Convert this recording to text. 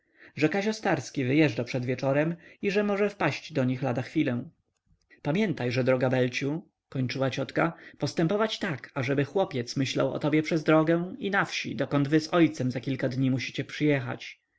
kazio starski wyjeżdża przed wieczorem i że może wpaść do nich lada chwilę pamiętajże droga belciu kończyła ciotka postępować tak ażeby chłopiec myślał o tobie przez drogę i na wsi dokąd wy z ojcem za kilka dni musicie przyjechać